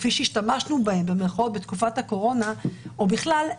כפי ש"השתמשנו" בהן בתקופת הקורונה או בכלל,